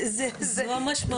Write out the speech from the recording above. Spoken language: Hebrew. זו המשמעות.